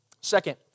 Second